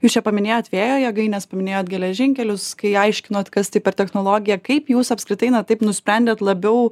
jūs čia paminėjot vėjo jėgaines paminėjot geležinkelius kai aiškinot kas tai per technologiją kaip jūs apskritai na taip nusprendėt labiau